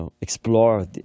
explore